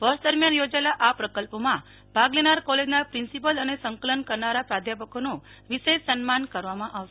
વર્ષ દરમિયાન યોજાયેલા આ પ્રકલ્પમાં ભાગ લેનાર કોલેજના પ્રિન્સિપાલ અને સંકલન કરનારા પ્રાધ્યાપકોનું વિશેષ સન્માન કરવામાં આવશે